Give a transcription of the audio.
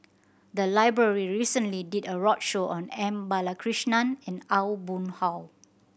the library recently did a roadshow on M Balakrishnan and Aw Boon Haw